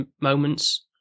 moments